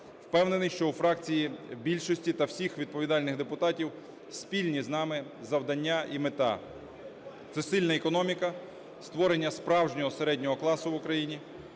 Впевнений, що у фракції більшості та всіх відповідальних депутатів спільні з нами завдання і мета. Це сильна економіка, створення справжнього середнього класу в Україні,